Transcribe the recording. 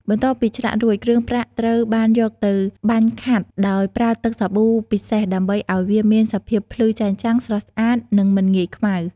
បន្ទាប់ពីឆ្លាក់រួច គ្រឿងប្រាក់ត្រូវបានយកទៅ បាញ់ខាត់ ដោយប្រើទឹកសាប៊ូពិសេសដើម្បីឱ្យវាមានសភាពភ្លឺចែងចាំង ស្រស់ស្អាត និងមិនងាយខ្មៅ។